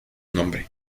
nombre